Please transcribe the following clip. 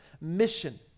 mission